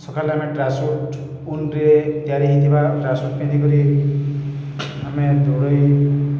ସକାଳେ ଆମେ track suit ଉନ୍ରେ ତିଆରି ହେଇଥିବା ଟ୍ରାକ୍ ସୁଟ୍ ପିନ୍ଧିିକରି ଆମେ ଦୌଡ଼ି